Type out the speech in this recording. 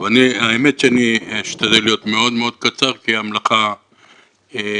האמת שאני אשתדל להיות מאוד מאוד קצר כי המלאכה מרובה.